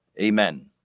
Amen